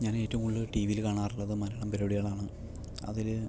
ഞാൻ ഏറ്റവും കൂടുതൽ ടിവിയിൽ കാണാറുള്ളത് മലയാളം പരിപാടികൾ ആണ് അതില്